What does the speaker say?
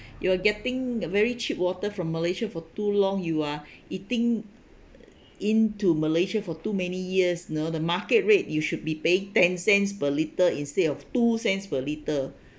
you are getting a very cheap water from malaysia for too long you are eating into malaysia for too many years you know the market rate you should be paying ten cents per litre instead of two cents per litre